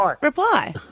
reply